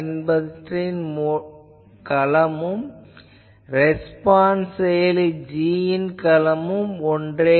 என்பவற்றின் களமும் ரெஸ்பான்ஸ் செயலி g யின் களமும் ஒன்றே